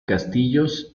castillos